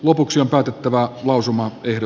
lopuksi on täytettävä lausumaan yhdy